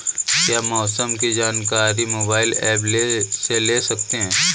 क्या मौसम की जानकारी मोबाइल ऐप से ले सकते हैं?